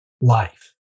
life